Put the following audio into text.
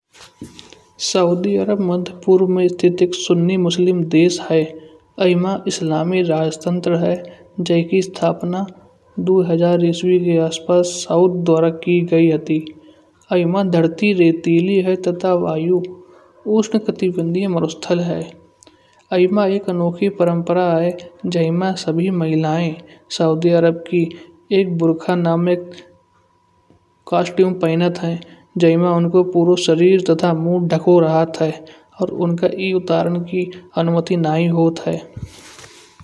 Saudi Arab मध्यपूर्व में स्थित सुन्नी मुस्लिम देश है। एमा इस्लामी राजतंत्रा है। जैकि स्थापना दो हजार इस्वी के आस पास साउथ द्वारा की गई अति। एमा धराते रेतेली है। तथा वायू उष्णकटिबंधीय मरुस्थल है। एमा एक अनोखे परंपरा है। जय मा सभे महिलाएं सउदी अरब की एक बुर्खा नमक कस्तुम पहनत हय। जय मा उनको पूरा सरीर और मुंह ढको रहते हय। उनका ई उतारन की अनुमति ना ही होत हय।